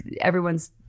everyone's